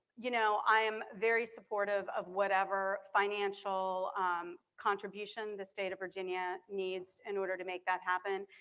you know, i am very supportive of whatever financial um contribution the state of virginia needs in order to make that happen.